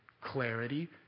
clarity